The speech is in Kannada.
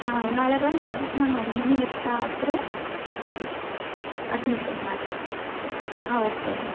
ಹಾಂ ನಾಳೆ ಬಂದು ವಿಸಿಟ್ ಮಾಡಿ ನೋಡಿ ನಿಮಗೆ ಇಷ್ಟ ಆದರೆ ಮಾಡಿ ಅಡ್ಮಿಷನ್ ಮಾಡಿ ಹಾಂ ಓಕೆ ಅಮ್ಮ